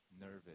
nervous